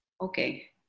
Okay